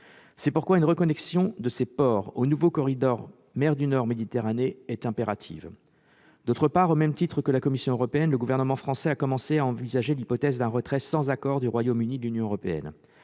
C'est pourquoi une reconnexion de ces ports au nouveau corridor mer du Nord-Méditerranée est impérative. Par ailleurs, à l'instar de la Commission européenne, le gouvernement français a commencé à envisager l'hypothèse d'un retrait sans accord du Royaume-Uni de l'Union européenne.